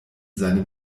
seinem